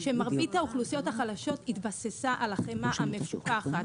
כשמרבית האוכלוסיות החלשות התבססו על החמאה המפוקחת,